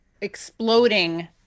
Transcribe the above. exploding